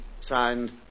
signed